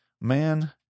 man